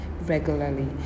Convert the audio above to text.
regularly